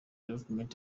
development